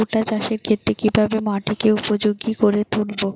ভুট্টা চাষের ক্ষেত্রে কিভাবে মাটিকে উপযোগী করে তুলবো?